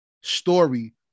story